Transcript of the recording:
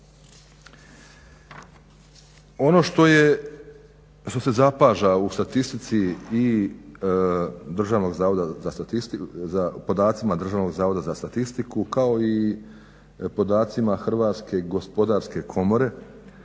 za statistiku, podacima Državnog zavoda za statistiku kao i podacima Hrvatske gospodarske komore